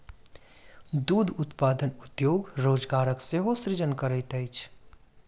दूध उत्पादन उद्योग रोजगारक सेहो सृजन करैत अछि